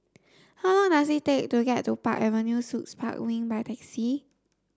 how long does it take to get to Park Avenue Suites Park Wing by taxi